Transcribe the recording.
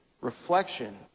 reflection